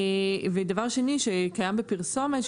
ודבר שני שקיים בפרסומת,